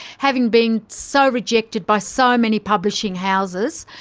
having been so rejected by so many publishing houses,